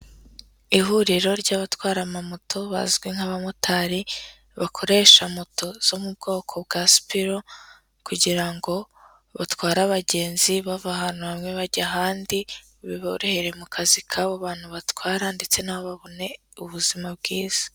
Ihuriro ry'abatwara amamoto bazwi nk'abamotari, bakoresha moto zo mu bwoko bwa sipiro kugira ngo batware abagenzi bave ahantu bamwe bajya ahandi, biborohere mu kazi k'abo bantu batwara ndetse n'abo babone ubuzima bwiza.